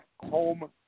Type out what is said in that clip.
home